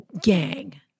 gang